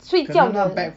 睡觉的